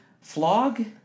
Flog